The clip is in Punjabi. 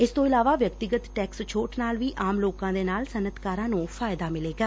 ਇਸ ਤੋ ਇਲਾਵਾ ਵਿਅਕਤੀਗਤ ਟੈਕਸ ਛੋਟ ਨਾਲ ਵੀ ਆਮ ਲੋਕਾਂ ਦੇ ਨਾਲ ਸਨੱਅਤਕਾਰਾਂ ਨੂੰ ਫਾਇਦਾ ਮਿਲੇਗਾ